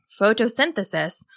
Photosynthesis